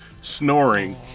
snoring